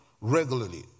regularly